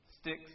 sticks